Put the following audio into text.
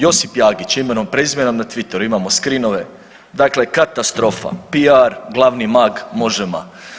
Josip Jagić, imenom i prezimenom na Twitteru, imamo screenove, dakle katastrofa, PR, glavni mag Možema.